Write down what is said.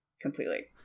completely